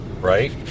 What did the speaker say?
right